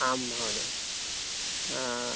आम् महोदयः